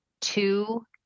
two